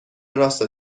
راست